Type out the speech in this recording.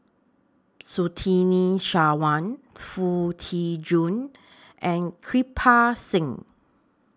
Surtini Sarwan Foo Tee Jun and Kirpal Singh